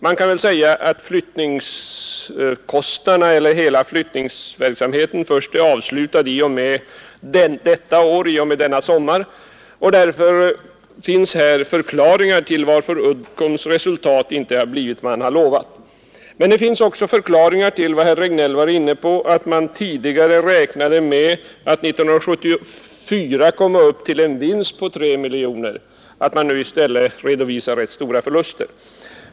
Man kan väl säga att hela flyttningsverksamheten är avslutad först i och med denna sommar, och därför finns det här förklaringar till att Uddcombs resultat inte har blivit vad man lovat. Men det finns också förklaringar till vad herr Regnéll var inne på, nämligen att man tidigare räknade med att 1974 få en vinst på 3 miljoner i stället för att som nu redovisa rätt stora förluster.